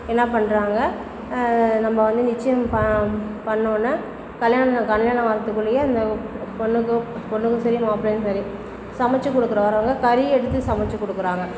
என்ன பண்ணுறாங்க நம்ம வந்து நிச்சயம் பா பண்ணோடன்னே கல்யாணம் கல்யாணம் வரதுக்குள்ளேயே இந்த பொண்ணுக்கும் பொண்ணுக்கும் சரி மாப்பிளைக்கும் சரி சமைச்சி கொடுக்கற வரவங்க கறி எடுத்து சமைச்சி கொடுக்கறாங்க